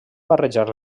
barrejar